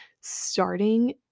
starting